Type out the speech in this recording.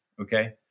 okay